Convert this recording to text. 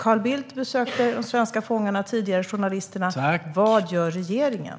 Carl Bildt besökte de tidigare fångna svenska journalisterna. Vad gör regeringen?